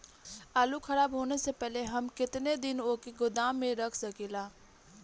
आलूखराब होने से पहले हम केतना दिन वोके गोदाम में रख सकिला?